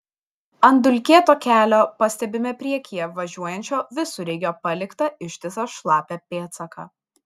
ant dulkėto kelio pastebime priekyje važiuojančio visureigio paliktą ištisą šlapią pėdsaką